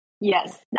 Yes